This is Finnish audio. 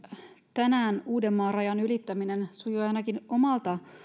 tänään uudenmaan rajan ylittäminen sujui ainakin omalta